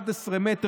11 מטר,